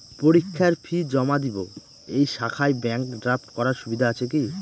পরীক্ষার ফি জমা দিব এই শাখায় ব্যাংক ড্রাফট করার সুবিধা আছে কি?